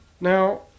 Now